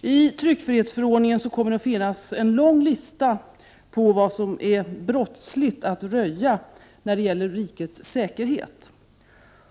I tryckfrihetsförordningen kommer det att finnas en lång lista på vad som är brottsligt att röja i fråga om rikets säkerhet.